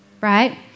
right